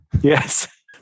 Yes